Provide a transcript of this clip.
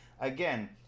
Again